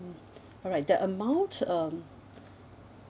alright the amount um